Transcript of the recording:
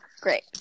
great